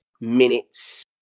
minutes